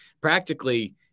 practically